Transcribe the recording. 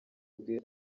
ubwe